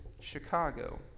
Chicago